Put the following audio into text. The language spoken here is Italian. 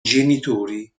genitori